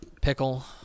Pickle